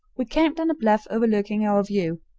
we camped on a bluff overlooking our view,